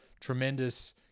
tremendous